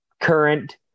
current